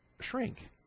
shrink